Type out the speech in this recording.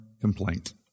complaint